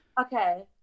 Okay